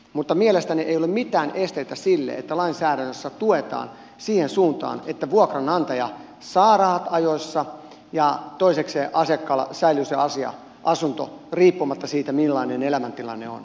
mutta mielestäni ei ole mitään esteitä sille että lainsäädännössä tuetaan siihen suuntaan että vuokranantaja saa rahat ajoissa ja toisekseen asiakkaalla säilyy se asunto riippumatta siitä millainen elämäntilanne on